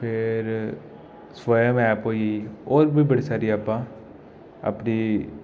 फिर स्वंयम ऐप्प होई गेई होर बी बड़ी सारी ऐप्पां अपनी